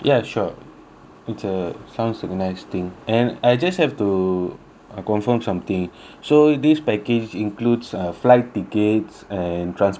it's uh sounds a nice thing and I just have to I confirm something so this package includes uh flight tickets and transportation right